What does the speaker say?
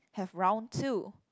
have round two